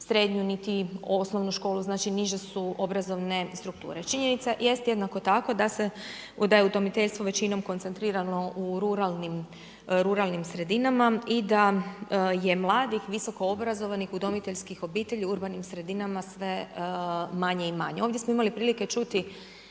srednju niti osnovnu školu, znači niže su obrazovne strukture. Činjenica jest jednako tako da se, da je udomiteljstvo većinom koncentriralo u ruralnim sredinama i da je mladih visoko obrazovanih udomiteljskim obitelji u urbanim sredinama sve manje i manje. Ovdje smo imali prilike čuti